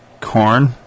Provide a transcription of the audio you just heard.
corn